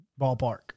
ballpark